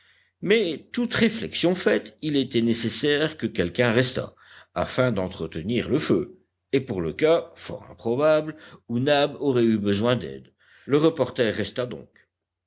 mais toute réflexion faite il était nécessaire que quelqu'un restât afin d'entretenir le feu et pour le cas fort improbable où nab aurait eu besoin d'aide le reporter resta donc